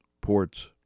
ports